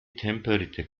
tempelritter